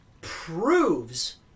proves